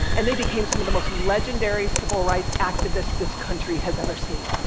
and they became some of the most legendary civil rights activists this country has ever seen.